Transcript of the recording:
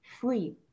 free